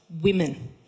Women